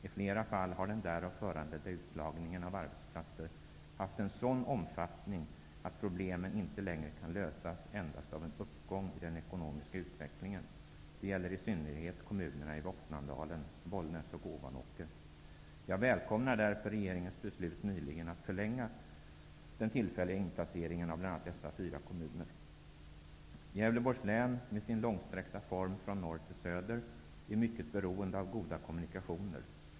I flera fall har den därav föranledda utslagningen av arbetsplatser haft en sådan omfattning att problemen inte längre kan lösas endast av en uppgång i den ekonomiska utvecklingen. Det gäller i synnerhet kommunerna i Voxnandalen -- Bollnäs och Ovanåker. Jag välkomnar därför regeringens nyligen fattade beslut att förlänga den tillfälliga inplaceringen av bl.a. dessa fyra kommuner. Gävleborgs län är med sin långsträckta form från norr till söder mycket beroende av goda kommunikationer.